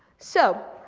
so,